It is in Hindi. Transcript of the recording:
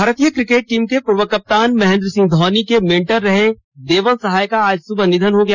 भारतीय क्रिकेट टीम के पूर्व कप्तान महेंद्र सिंह धोनी के मेंटर रहे देवल सहाय का आज सुबह निधन हो गया